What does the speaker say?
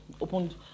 Opened